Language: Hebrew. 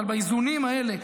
אבל באיזונים האלה,